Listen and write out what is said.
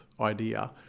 idea